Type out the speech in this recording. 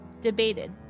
debated